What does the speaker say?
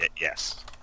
Yes